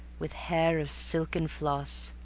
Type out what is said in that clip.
with hair of silken floss,